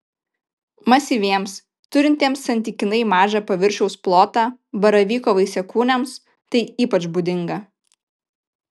masyviems turintiems santykinai mažą paviršiaus plotą baravyko vaisiakūniams tai ypač būdinga